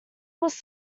was